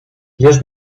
jest